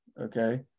okay